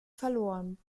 verloren